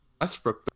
Westbrook